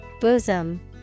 Bosom